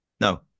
No